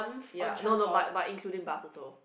ya no no but but including bus also